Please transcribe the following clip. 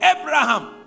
Abraham